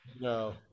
No